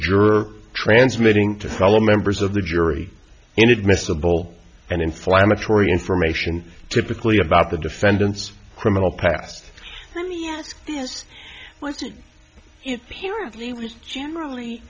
juror transmitting to fellow members of the jury inadmissible and inflammatory information typically about the defendant's criminal past what is generally